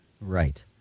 Right